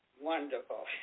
wonderful